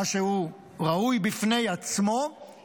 מה שהוא ראוי בפני עצמו,